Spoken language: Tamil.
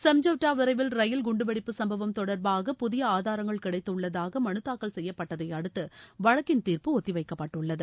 சம்ஜவுதா விரைவில் ரயில் குண்டுவெடிப்பு சம்பவம் தொடர்பாக புதிய ஆதாரங்கள் கிடைத்துள்ளதாக மனுதாக்கல் செய்யப்பட்டதை அடுத்து வழக்கின் தீர்ப்பு ஒத்திவைக்கப்பட்டுள்ளது